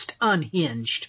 unhinged